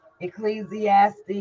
Ecclesiastes